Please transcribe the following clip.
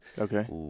Okay